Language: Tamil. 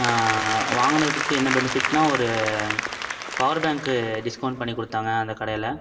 வாங்குனதுக்கு என்ன பெனிஃபிட்ன்னா ஒரு பவர் பேங்க்கு டிஸ்கௌண்ட் பண்ணி கொடுத்தாங்க அந்த கடையில்